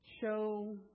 show